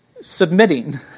submitting